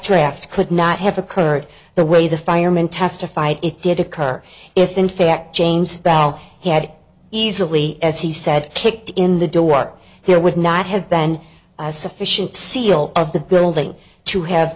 draft could not have occurred the way the fireman testified it did occur if in fact james had easily as he said kicked in the door there would not have been sufficient seal of the building to have